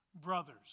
brothers